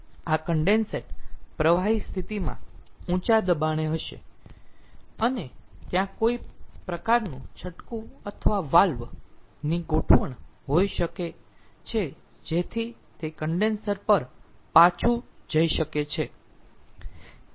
તેથી આ કન્ડેન્સેટ પ્રવાહી સ્થિતિમાં ઊંચા દબાણે હશે અને ત્યાં કોઈ પ્રકારનું છટકું અથવા વાલ્વ ની ગોઠવણી હોઈ શકે છે જેથી તે કન્ડેન્સર પર પાછુ ફરી શકે છે